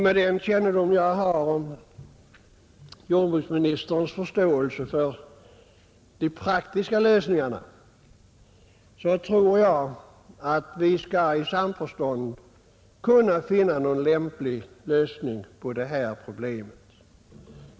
Med den kännedom jag har om jordbruksministerns förståelse för praktiska lösningar tror jag att vi i samförstånd skall kunna finna någon lämplig lösning på detta problem.